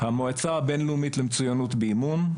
המועצה הבינלאומית למצויינות באימון,